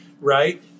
right